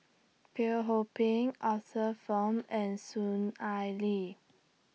Teo Ho Pin Arthur Fong and Soon Ai Ling